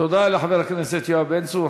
תודה לחבר הכנסת יואב בן צור.